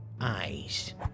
Eyes